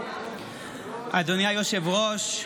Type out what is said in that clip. אדוני היושב-ראש,